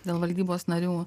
dėl valdybos narių